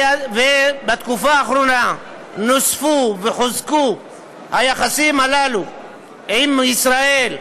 ובתקופה האחרונה נוספו וחוזקו היחסים הללו עם ישראל.